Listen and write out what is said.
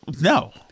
no